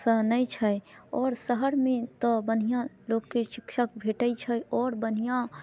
सँ नहि छै आओर शहरमे तऽ बढ़िआँ लोकके शिक्षक भेटै छै आओर बढ़िआँ